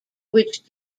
which